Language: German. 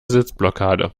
sitzblockade